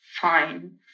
fine